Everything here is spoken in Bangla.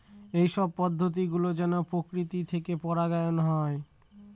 এইসব পদ্ধতি গুলো মেনে প্রকৃতি থেকে পরাগায়ন হয়